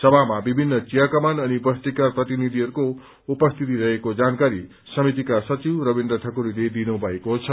सभामा विभिन्न चियाकमान अनि बस्तीका प्रतिनिधिहरूको उपस्थिति रहेको जानकारी समितिका सचिव रवीन्द्र ठकुरीले दिनु भएको छ